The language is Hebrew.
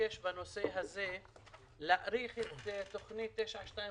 מבקש בנושא הזה להאריך את תוכנית 922,